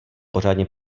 pořádně